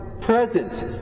presence